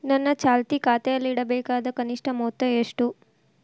ನನ್ನ ಚಾಲ್ತಿ ಖಾತೆಯಲ್ಲಿಡಬೇಕಾದ ಕನಿಷ್ಟ ಮೊತ್ತ ಎಷ್ಟು?